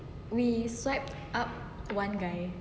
we swipe up one guy